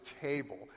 table